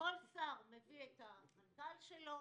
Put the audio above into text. כל שר מביא את המנכ"ל שלו,